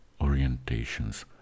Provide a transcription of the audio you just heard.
orientations